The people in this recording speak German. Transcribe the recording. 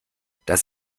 dass